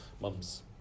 mum's